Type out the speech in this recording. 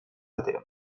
atera